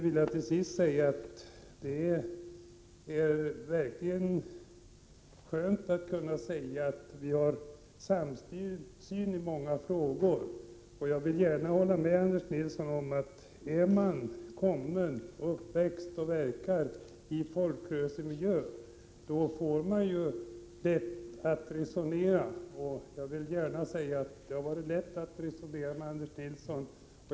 Till sist: Det är verkligen skönt att kunna säga att vi har samsyn i många frågor. Jag vill gärna hålla med Anders Nilsson om att har man kommit från, vuxit upp i och verkat i folkrörelsemiljö, då får man lätt att resonera. Jag vill gärna säga att det har varit lätt att resonera med Anders Nilsson.